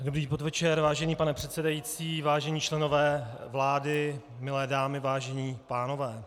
Dobrý podvečer, vážený pane předsedající, vážení členové vlády, milé dámy, vážení pánové.